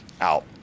out